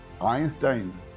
Einstein